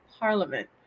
parliament